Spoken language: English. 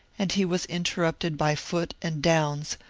and he was interrupted by foote and downs,